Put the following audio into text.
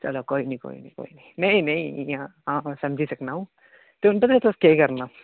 चलो कोई निं कोई निं कोई निं नेईं नेईं इ'यां हां समझी सकनां अ'ऊं ते हून दस्सो तुस केह् करना